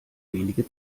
wenige